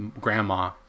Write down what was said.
Grandma